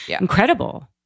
incredible